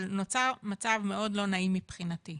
אבל, נוצר מצב מאוד לא נעים מבחינתי,